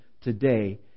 today